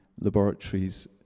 laboratories